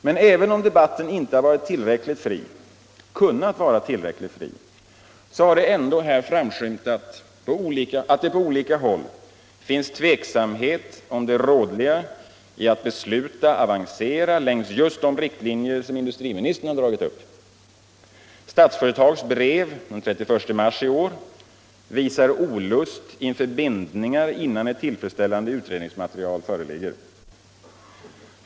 Men även om debatten inte kunnat vara tillräckligt fri, har det framskymtat att på olika håll finns tveksamhet om det rådliga i att besluta avancera längs just de riktlinjer som industriministern har dragit upp. Statsföretags brev av den 31 mars i år visar olust inför bindningar innan ett tillfredsställande utredningsmaterial föreligger.